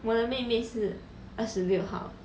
我的妹妹是二十六号